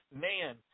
man